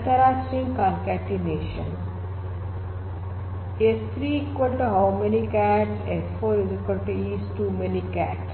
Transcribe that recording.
ನಂತರ string concatenation s3 "how many cats" s4 "is too many cats"